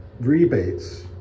rebates